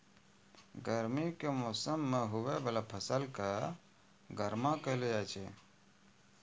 गर्मी के मौसम मे हुवै वाला फसल के गर्मा कहलौ जाय छै